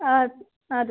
اَدٕ اَدٕ